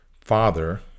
father